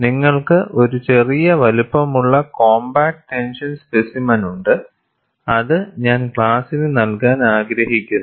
നിങ്ങൾക്ക് ഒരു ചെറിയ വലുപ്പമുള്ള കോംപാക്റ്റ് ടെൻഷൻ സ്പെസിമെനുണ്ട് അത് ഞാൻ ക്ലാസിന് നൽകാൻ ആഗ്രഹിക്കുന്നു